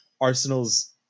Arsenal's